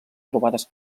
trobades